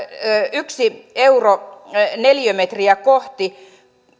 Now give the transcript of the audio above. yksi euro neliömetriä kohti